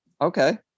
Okay